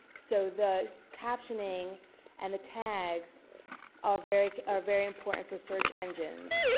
so thus captioning and the tags are very are very important for search engines.